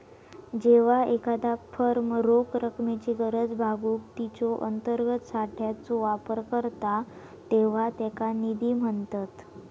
जेव्हा एखादा फर्म रोख रकमेची गरज भागवूक तिच्यो अंतर्गत साठ्याचो वापर करता तेव्हा त्याका निधी म्हणतत